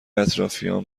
اطرافیام